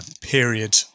period